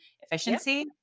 efficiency